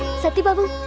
satti babu.